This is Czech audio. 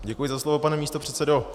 Děkuji za slovo, pane místopředsedo.